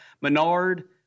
Menard